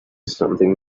something